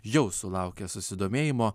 jau sulaukė susidomėjimo